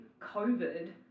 COVID